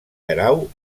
guerau